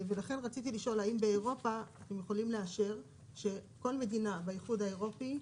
ולכן רציתי לשאול האם אתם יכולים לאשר שכל מדינה באיחוד האירופי,